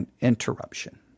interruption